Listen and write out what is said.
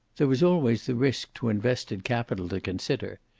there was always the risk to invested capital to consider.